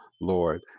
lord